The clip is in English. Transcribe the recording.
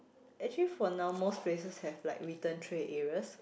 actually for now most places have like return tray areas